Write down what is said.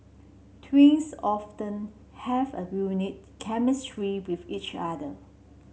twins often have a unique chemistry with each other